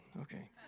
Okay